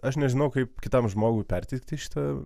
aš nežinau kaip kitam žmogui perteikti šitą